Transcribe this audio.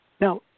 Now